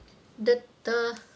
the the